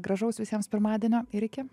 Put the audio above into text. gražaus visiems pirmadienio ir iki